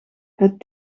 het